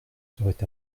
serait